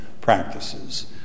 practices